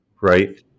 right